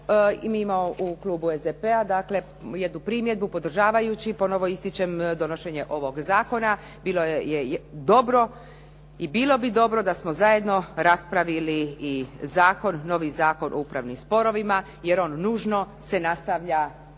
imamo u klubu SDP-a dakle jednu primjedbu. Podržavajući, ponovo ističem, donošenje ovog zakona bilo je dobro i bilo bi dobro da smo zajedno raspravili i zakon, novi Zakon o upravnim sporovima jer on nužno se nastavlja